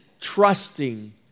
trusting